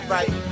Right